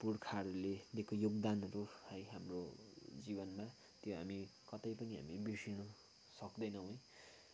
पुर्खाहरूले दिएको योगदानहरू है हाम्रो जीवनमा त्यो हामी कतै पनि हामी बिर्सिनु सक्दैनौँ है